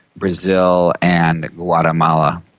brazil and guatemala.